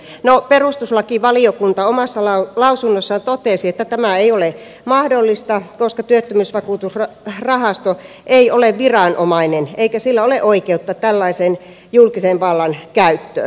no perustuslakivaliokunta omassa lausunnossaan totesi että tämä ei ole mahdollista koska työttömyysvakuutusrahasto ei ole viranomainen eikä sillä ole oikeutta tällaisen julkisen vallan käyttöön